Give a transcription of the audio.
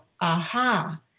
aha